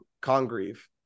Congreve